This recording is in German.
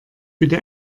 bitte